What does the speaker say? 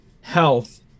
health